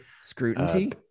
Scrutiny